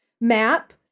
map